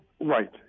Right